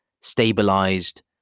stabilized